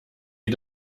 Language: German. wie